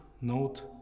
note